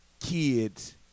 kids